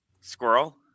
Squirrel